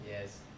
Yes